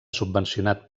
subvencionat